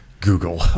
google